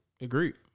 Agreed